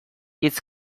hitz